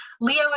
Leo